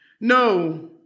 No